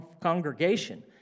congregation